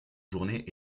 journée